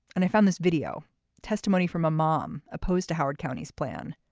and i found this video testimony from a mom opposed to howard county's plan.